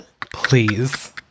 please